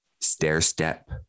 stair-step